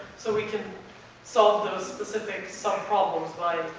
so we can solve those specific sub problems